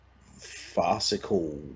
farcical